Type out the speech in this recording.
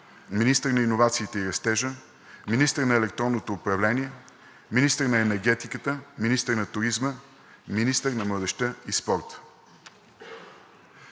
министър на иновациите и растежа; - министър на електронното управление; - министър на енергетиката; - министър на туризма; - министър на младежта и спорта.